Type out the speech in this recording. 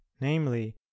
namely